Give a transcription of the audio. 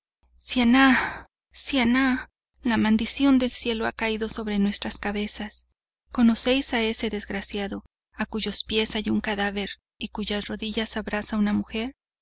la maldición del cielo ha caído sobre nuestras cabezas conocéis a ese desgraciado a cuyos pies hay un cadáver y cuyas rodillas abraza una mujer